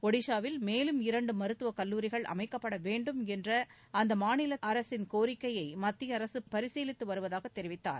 ஒடிஷாவில் மேலும் இரண்டு மருத்துவக்கல்லூரிகள் அமைக்கப்படவேண்டும் என்ற அம்மாநில அரசின் கோரிக்கையை மத்திய அரசு பரிசீவித்து வருவதாக தெரிவித்தார்